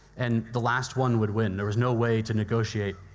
and the last one would win. there was no way to negotiate